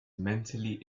mentally